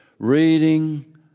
reading